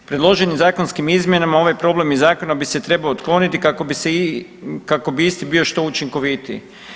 Predloženim zakonskim izmjenama ovaj problem iz Zakona bi se trebao otkloniti kako bi isti što učinkovitiji.